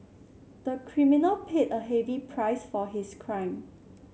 the criminal paid a heavy price for his crime